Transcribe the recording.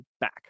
back